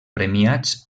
premiats